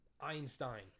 Einstein